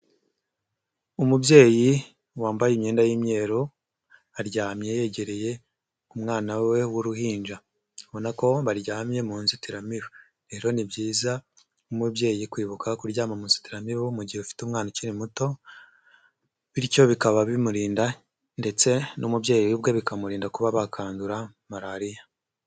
Umubyeyi wambaye imyenda y'imyeru aryamye yegereye umwana we w'uruhinja abona ko baryamye mu nzitiramibu, rero ni byiza nk'umubyeyi kwibuka kuryama mu nzitiramibu mu gihe ufite umwana ukiri muto, bityo bikaba bimurinda ndetse n'umubyeyi ubwe bikamurinda kuba bakandura malariya.